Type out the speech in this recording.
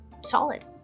Solid